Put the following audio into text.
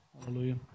Hallelujah